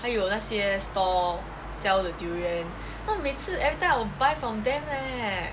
还有那些 stall sell the durian !wah! 每次 every time I will buy from them leh